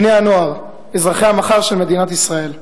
בני-הנוער, אזרחי המחר של מדינת ישראל.